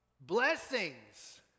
Blessings